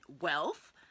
wealth